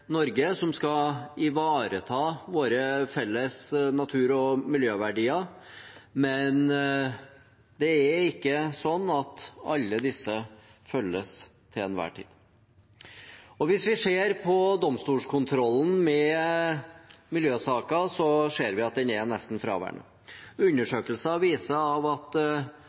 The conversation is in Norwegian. Norge som skal ivareta våre felles natur- og miljøverdier, men det er ikke sånn at alle disse følges til enhver tid. Hvis vi ser på domstolskontrollen med miljøsaker, ser vi at den er nesten fraværende. Undersøkelser viser at av